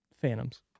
Phantoms